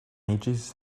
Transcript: ages